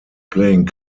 playing